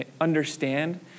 understand